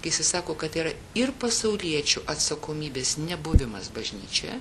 kai jisai sako kad yra ir pasauliečių atsakomybės nebuvimas bažnyčioje